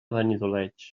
benidoleig